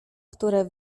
które